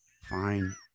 fine